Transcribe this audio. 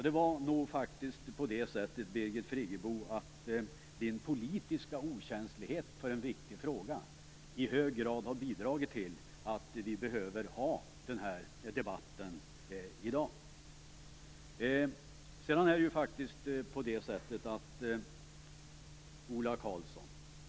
Det är nog faktiskt så, Birgit Friggebo, att din politiska okänslighet i en viktig fråga i hög grad har bidragit till att vi behöver föra den här debatten i dag. Ola Karlsson!